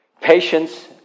Patience